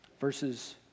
verses